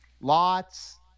Lots